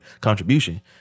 contribution